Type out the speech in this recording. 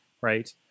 right